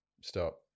Stop